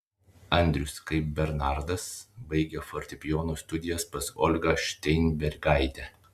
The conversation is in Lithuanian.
andrius kaip bernardas baigė fortepijono studijas pas olgą šteinbergaitę